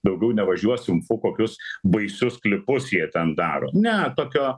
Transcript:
daugiau nevažiuosim fu kokius baisius klipus jie ten daro ne tokio